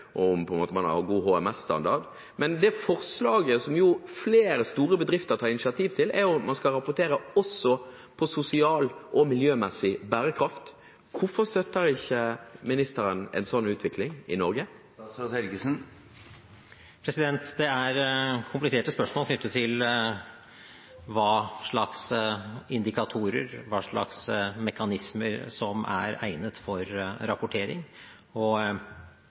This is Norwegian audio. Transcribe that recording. om man har god HMS-standard. Men det forslaget som flere store bedrifter tar initiativ til, er at man skal rapportere også på sosial og miljømessig bærekraft. Hvorfor støtter ikke ministeren en sånn utvikling i Norge? Det er kompliserte spørsmål knyttet til hva slags indikatorer og hva slags mekanismer som er egnet for rapportering.